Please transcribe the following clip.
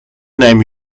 neem